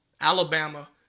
Alabama